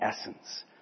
essence